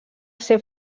ser